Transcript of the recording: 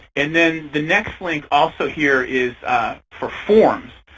and then the next link also here is for forms.